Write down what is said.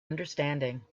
understanding